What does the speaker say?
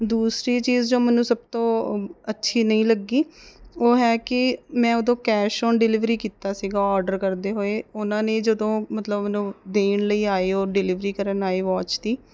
ਦੂਸਰੀ ਚੀਜ਼ ਜੋ ਮੈਨੂੰ ਸਭ ਤੋਂ ਅੱਛੀ ਨਹੀ ਲੱਗੀ ਉਹ ਹੈ ਕਿ ਮੈਂ ਉਦੋਂ ਕੈਸ਼ ਔਨ ਡਿਲੀਵਰੀ ਕੀਤਾ ਸੀਗਾ ਔਡਰ ਕਰਦੇ ਹੋਏ ਉਹਨਾਂ ਨੇ ਜਦੋਂ ਮਤਲਬ ਮੈਨੂੰ ਦੇਣ ਲਈ ਆਏ ਉਹ ਡਿਲੀਵਰੀ ਕਰਨ ਆਏ ਵੋਚ ਦੀ